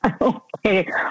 okay